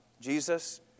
Jesus